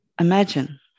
imagine